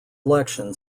election